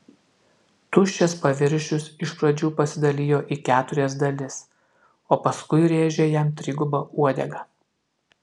tuščias paviršius iš pradžių pasidalijo į keturias dalis o paskui rėžė jam triguba uodega